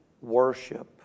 worship